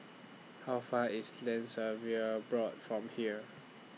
How Far IS Land Surveyors Board from here